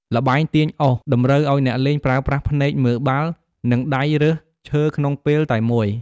ល្បែងទាញអុសតម្រូវឲ្យអ្នកលេងប្រើប្រាស់ភ្នែកមើលបាល់ និងដៃរើសឈើក្នុងពេលតែមួយ។